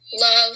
love